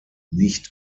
nicht